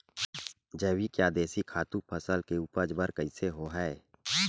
जैविक या देशी खातु फसल के उपज बर कइसे होहय?